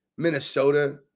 Minnesota